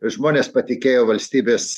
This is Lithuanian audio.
žmonės patikėjo valstybės